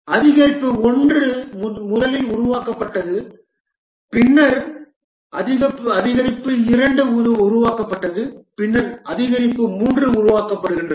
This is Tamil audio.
அதிகரிப்பு 1 முதலில் உருவாக்கப்பட்டது பின்னர் அதிகரிப்பு 2 உருவாக்கப்பட்டது பின்னர் அதிகரிப்பு 3 உருவாக்கப்படுகிறது